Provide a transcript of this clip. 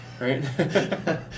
right